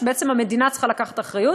שבעצם המדינה צריכה לקחת אחריות.